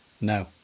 No